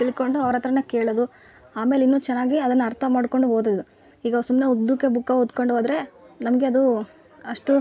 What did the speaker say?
ತಿಳ್ಕೊಂಡು ಅವ್ರ ಹತ್ರಾ ಕೇಳೋದು ಆಮೇಲೆ ಇನ್ನು ಚೆನ್ನಾಗಿ ಅದನ್ನು ಅರ್ಥ ಮಾಡ್ಕೊಂಡು ಓದೋದು ಈಗ ಸುಮ್ಮನೆ ಉದ್ದಕ್ಕೆ ಬುಕ್ಕ ಓದ್ಕೊಂಡು ಹೋದರೆ ನಮಗೆ ಅದು ಅಷ್ಟು